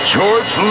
George